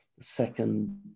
second